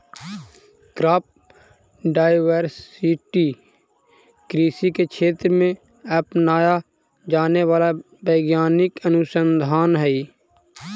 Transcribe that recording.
crop diversity कृषि के क्षेत्र में अपनाया जाने वाला वैज्ञानिक अनुसंधान हई